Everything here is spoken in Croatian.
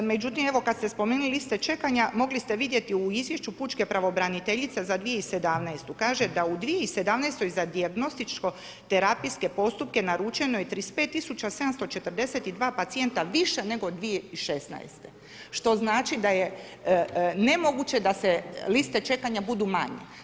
Međutim evo, kad ste spomenuli liste čekanja mogli ste vidjeti u izvješću pučke pravobraniteljice za 2017., kaže da u 2017. za dijagnostičko terapijske postupke naručeno je 35742 pacijenta više nego 2016., što znači da je nemoguće da se liste čekanja budu manje.